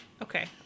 Okay